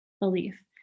belief